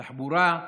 תחבורה,